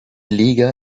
liga